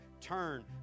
turn